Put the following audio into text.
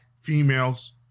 females